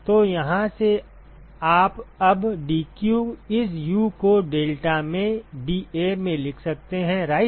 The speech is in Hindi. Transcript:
तो यहाँ से आप अब dq is U को डेल्टा में dA में लिख सकते हैं राइट